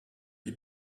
die